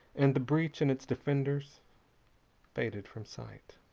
and the breach and its defenders faded from sight.